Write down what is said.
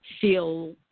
feel